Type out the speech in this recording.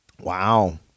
Wow